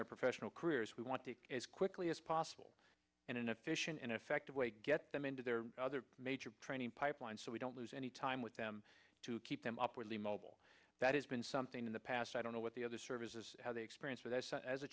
their professional careers we want to quickly as possible in an efficient and effective way to get them into their other major trading pipeline so we don't lose any time with them to keep them upwardly mobile that has been something in the past i don't know what the other services how they experience for that as a